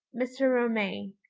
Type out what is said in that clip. mr. romayne.